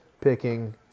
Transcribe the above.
picking